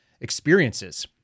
experiences